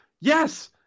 Yes